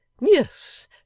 Yes